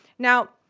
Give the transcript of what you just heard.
now,